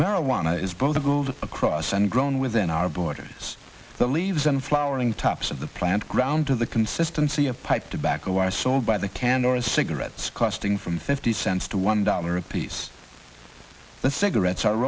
marijuana is both a gold across and grown within our borders that leaves an flowering taps of the plant ground to the consistency of pipe tobacco i saw by the can or as cigarettes costing from fifty cents to one dollar apiece the cigarettes are